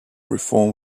reform